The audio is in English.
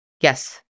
Yes